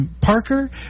Parker